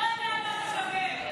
אתה לא יודע על מה אתה מדבר.